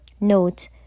Note